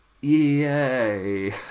Yay